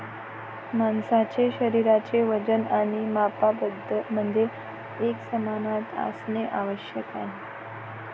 माणसाचे शरीराचे वजन आणि मापांमध्ये एकसमानता असणे आवश्यक आहे